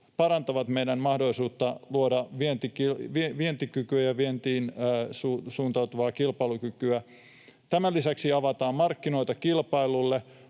parantavat meidän mahdollisuutta luoda vientikykyä ja vientiin suuntautuvaa kilpailukykyä. Tämän lisäksi avataan markkinoita kilpailulle,